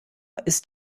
ist